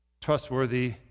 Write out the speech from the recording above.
trustworthy